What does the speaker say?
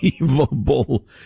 unbelievable